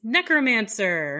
Necromancer